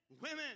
women